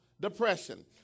depression